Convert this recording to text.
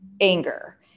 anger